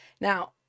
Now